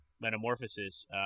Metamorphosis